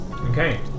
Okay